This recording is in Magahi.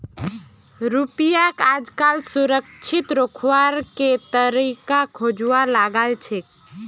रुपयाक आजकल सुरक्षित रखवार के तरीका खोजवा लागल छेक